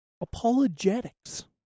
Apologetics